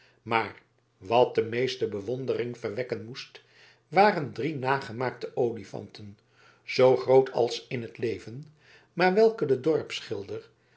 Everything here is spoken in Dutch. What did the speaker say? maar wat de meeste bewondering verwekken moest waren drie nagemaakte olifanten zoo groot als in t leven maar welke de